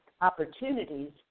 opportunities